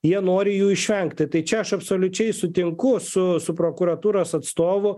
jie nori jų išvengti tai čia aš absoliučiai sutinku su su prokuratūros atstovu